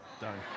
Done